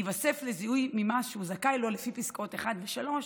ייווסף לזיהוי ממה שהוא זכאי לפי פסקאות 1 ו-3,